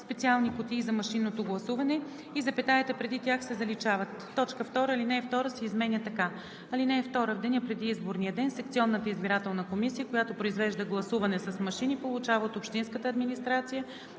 специални кутии за машинното гласуване“ и запетаята преди тях се заличават. 2. Алинея 2 се изменя така: „(2) В деня преди изборния ден секционната избирателна комисия, която произвежда гласуване с машини, получава от общинската администрация